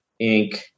inc